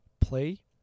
play